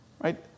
Right